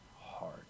hard